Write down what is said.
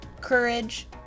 courage